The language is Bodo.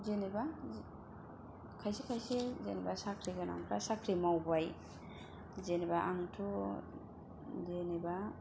जेनेबा खायसे खायसे जेनेबा साख्रि गोनांफ्रा साख्रि मावबाय जेनेबा आंथ' जेनेबा